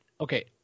okay